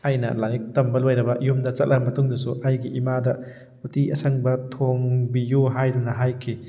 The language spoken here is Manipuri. ꯑꯩꯅ ꯂꯥꯏꯔꯤꯛ ꯇꯝꯕ ꯂꯣꯏꯔꯕ ꯌꯨꯝꯗ ꯆꯠꯂꯕ ꯃꯇꯨꯡꯗꯁꯨ ꯑꯩꯒꯤ ꯏꯃꯥꯗ ꯎꯇꯤ ꯑꯁꯪꯕ ꯊꯣꯡꯕꯤꯌꯨ ꯍꯥꯏꯗꯅ ꯍꯥꯏꯈꯤ